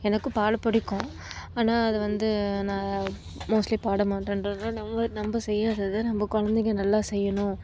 எனக்கும் பாட பிடிக்கும் ஆனால் அது வந்து நான் மோஸ்ட்லி பாட மாட்டேன்றது தான் நம்ம நம்ம செய்யாததை நம்ம குழந்தைங்க நல்லா செய்யணும்